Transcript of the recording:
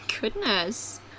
goodness